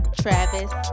travis